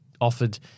offered